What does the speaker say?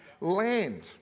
land